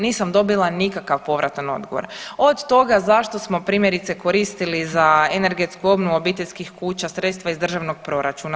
Nisam dobila nikakav povratan odgovor od toga zašto smo primjerice koristili za energetsku obnovu obiteljskih kuća sredstva iz državnog proračuna.